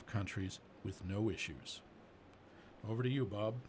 of countries with no issues over to you bob